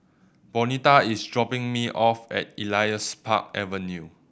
Bonita is dropping me off at Elias Park Avenue